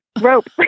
rope